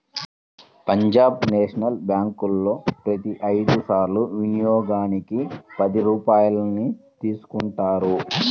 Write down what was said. Punjab national బ్యేంకులో ప్రతి ఐదు సార్ల వినియోగానికి పది రూపాయల్ని తీసుకుంటారు